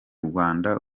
rwanda